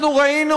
אנחנו ראינו,